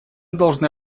должны